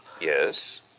Yes